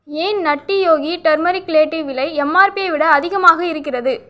ஏன் Nutty Yogi turmeric latte விலை எம்ஆர்பியை விட அதிகமாக இருக்கிறது